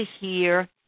hear